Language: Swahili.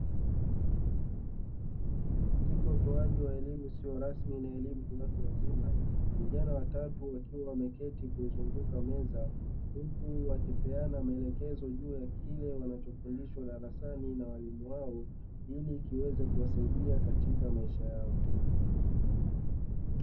Katika utoaji wa elimu isiyo rasmi na elimu kwa watu wazima, vijana watatu wakiwa wameketi kuzunguka meza huku wakipeana maelekezo juu ya kile wanachofundishwa darasani na walimu wao, ili kiweze kuwasaidia katika maisha yao.